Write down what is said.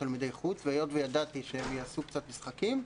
תלמידי חוץ והיות וידעתי שהם יעשו קצת משחקים,